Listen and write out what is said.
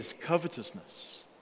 covetousness